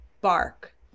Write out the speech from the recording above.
bark